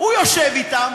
הוא יושב אתם,